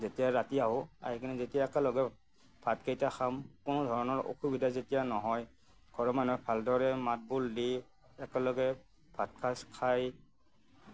যেতিয়া ৰাতি আহোঁ আহি কিনে যেতিয়া একেলগে ভাতকেইটা খাম কোনোধৰণৰ অসুবিধা যেতিয়া নহয় ঘৰৰ মানুহে যেতিয়া ভালদৰে মাত বোল দি একেলগে ভাতসাঁজ খায়